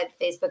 Facebook